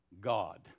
God